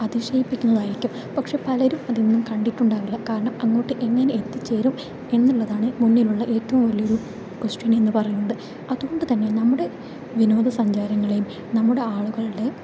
അതിശയിപ്പിക്കുന്നതായിരിക്കും പക്ഷേ പലരും അതിന്നും കണ്ടിട്ടുണ്ടാവില്ല കാരണം അങ്ങോട്ട് എങ്ങിനെ എത്തിച്ചേരും എന്നുള്ളതാണ് മുന്നിലുള്ള ഏറ്റവും വലിയൊരു കൊസ്റ്റ്യൻ എന്ന് പറയുന്നത് അതുകൊണ്ട് തന്നെ നമ്മുടെ വിനോദസഞ്ചാരങ്ങളെയും നമ്മുടെ ആളുകളുടെ